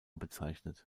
bezeichnet